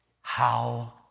how-